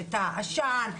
עשן,